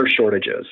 shortages